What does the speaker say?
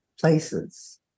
Places